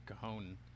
Cajon